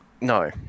No